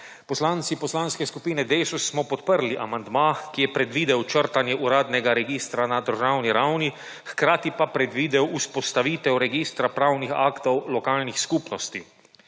Poslanci Poslanske skupine Desus smo podprli amandma, ki je predvidel črtanje uradnega registra na državni ravni, hkrati pa predvidel vzpostavitev registra pravnih aktov lokalnih skupnosti.